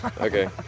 Okay